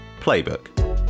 playbook